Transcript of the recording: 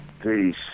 Peace